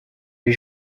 les